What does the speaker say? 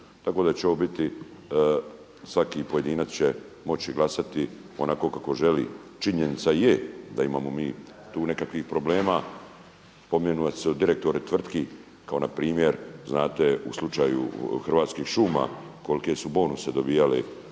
tako da će svaki pojedinac moći glasati onako kako želi. Činjenica je da imamo mi tu nekakvih problema, spominjali su se direktori tvrtki kao npr. znate u slučaju Hrvatskih šuma kolike su bonuse dobivali